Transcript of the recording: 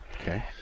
Okay